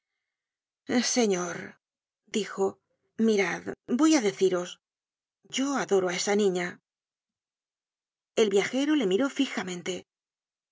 señor dijo mirad voy á deciros yo adoro á esa niña el viajero le miró fijamente qué